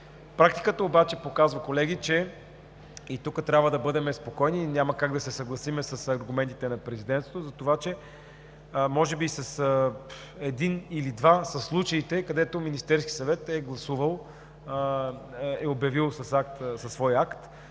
практиката показва, че – и тук трябва да бъдем спокойни, няма как да се съгласим с аргументите на Президентството, за това, че може би са един или два случаите, където Министерският съвет е обявил със свой акт